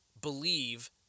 Believe